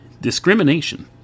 discrimination